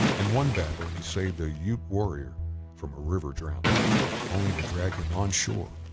in one battle he saved a ute warrior from a river drowning only to drag him on shore,